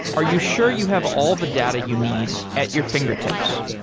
are you sure you have all the data you need at your fingertips?